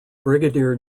brigadier